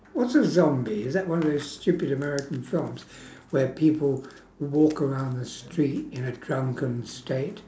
what's a zombie is that one of those stupid american films where people walk around the street in a drunken state